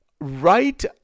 right